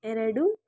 ಎರಡು